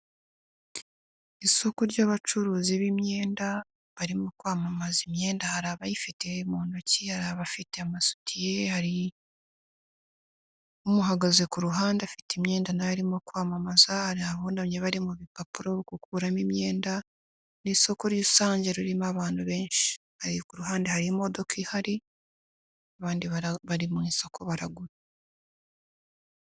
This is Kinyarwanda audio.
Isoko ry'abacuruzi b'imyenda barimo kwamamaza imyenda, hari abayifite mu ntoki, hari abafite amasutiye, hari umuhagaze ku ruhande afite imyenda nawe arimo kwamamaza, hari abunamye bari mu bipapuro gukuramo imyenda, ni isoko rusange ririmo abantu benshi, ku ruhande hari imodoka ihari, abandi bari mu isoko baragura.